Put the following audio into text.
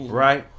right